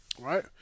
Right